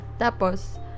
Tapos